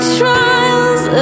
trials